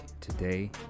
Today